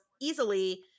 easily